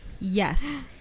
yes